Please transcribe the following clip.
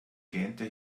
gähnte